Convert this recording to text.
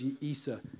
Isa